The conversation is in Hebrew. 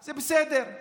זה בסדר,